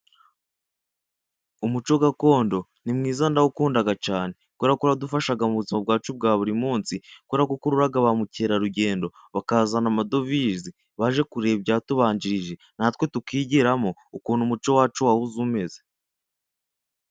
Umuco gakondo ni mwiza ndawukunda cyane, kubera ko uradufasha mu buzima bwacu bwa buri munsi, kubera ko ukurura ba mukerarugendo, bakazana amadovize baje kureba ibyatubanjirije, natwe tukigiramo ukuntu umuco wacu wahoze umeze.